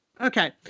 Okay